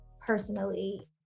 personally